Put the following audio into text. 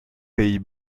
pays